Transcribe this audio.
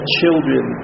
children